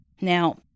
Now